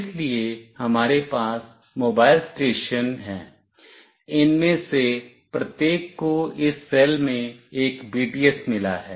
इसलिए हमारे पास मोबाइल स्टेशन हैं इनमें से प्रत्येक को इस सेल में एक BTS मिला है